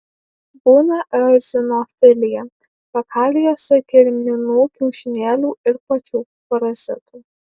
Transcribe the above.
būna eozinofilija fekalijose kirminų kiaušinėlių ir pačių parazitų